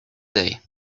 day